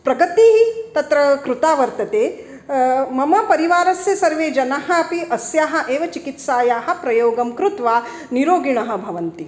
प्रगतिः तत्र कृता वर्तते मम परिवारस्य सर्वे जनाः अपि अस्याः एव चिकित्सायाः प्रयोगं कृत्वा निरोगिणः भवन्ति